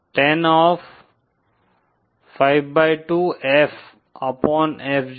tan of 52 F upon F0